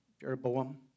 Jeroboam